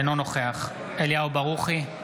אינו נוכח אליהו ברוכי,